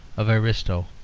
of ariosto,